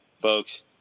folks